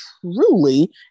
truly